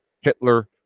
Hitler